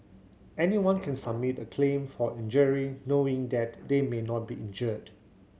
anyone can submit a claim for injury knowing that they may not be injured